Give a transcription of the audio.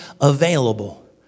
available